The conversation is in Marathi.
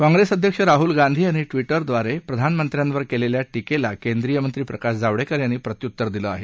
काँग्रेस अध्यक्ष राहुल गांधी यांनी ट्विटरद्वारे प्रधानमंत्र्यांवर केलेल्या टीकेला केंद्रीयमंत्री प्रकाश जावडेकर यांनी प्रत्युत्तर दिलं आहे